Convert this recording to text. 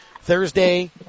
Thursday